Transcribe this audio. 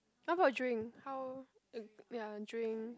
how about drink how ya drink